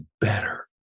better